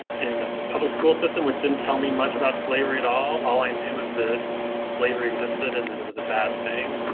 in a public school system, which didn't tell me much about slavery at all, all i knew is that slavery existed and that it was a bad thing.